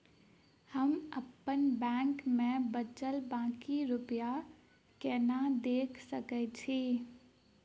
हम अप्पन बैंक मे बचल बाकी रुपया केना देख सकय छी?